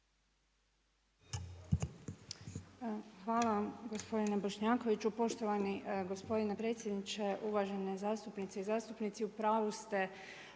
vam gospodine predsjedniče. Poštovani gospodine predsjedniče, uvažene zastupnice i zastupnici. U pravu ste,